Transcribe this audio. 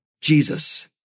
Jesus